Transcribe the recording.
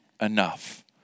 enough